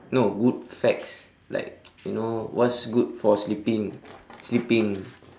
no good facts like you know what's good for sleeping sleeping